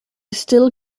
still